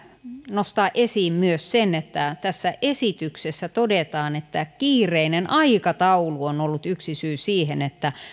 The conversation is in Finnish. nostaa esiin myös sen että tässä esityksessä todetaan että kiireinen aikataulu on ollut yksi syy siihen että